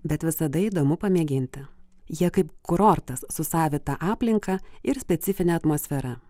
bet visada įdomu pamėginti jie kaip kurortas su savita aplinka ir specifine atmosfera